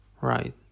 ...right